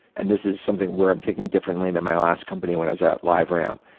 and this is something where i'm thinking differently than my last company when i was at liveramp,